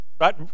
right